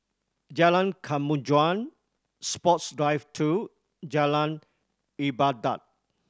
Jalan Kemajuan Sports Drive Two Jalan Ibadat